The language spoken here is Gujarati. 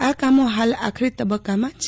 આ કામો હાલ આખરી તબક્કામાં છે